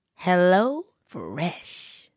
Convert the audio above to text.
HelloFresh